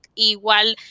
Igual